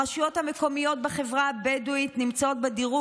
הרשויות המקומיות בחברה הבדואית נמצאות במדד